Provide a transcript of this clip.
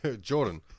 Jordan